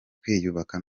kwiyubaka